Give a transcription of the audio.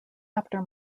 after